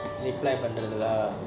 reply பண்றது:panrathu lah